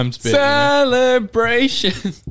Celebration